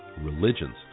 religions